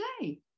today